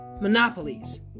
monopolies